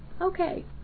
Okay